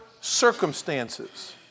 circumstances